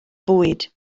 fwyd